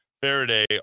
Faraday